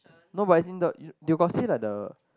no but as in the you got see like the